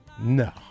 No